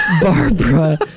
Barbara